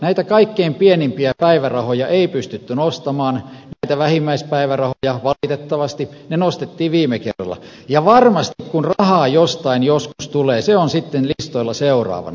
näitä kaikkein pienimpiä päivärahoja ei pystytty nostamaan näitä vähimmäispäivärahoja valitettavasti ne nostettiin viime kaudella ja varmasti kun rahaa jostain joskus tulee se on sitten listoilla seuraavana